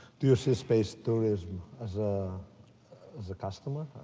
do you see space tourism as ah as a customer?